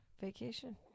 vacation